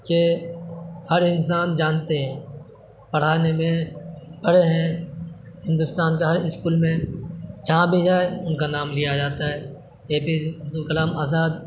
کے ہر انسان جانتے ہیں پڑھانے میں پڑھے ہیں ہندوستان کا ہر اسکول میں جہاں بھی جائے ان کا نام لیا جاتا ہے A P J Abdul Kalam Azad